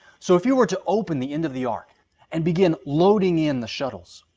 so if you were to open the end of the ark and begin loading in the shuttles,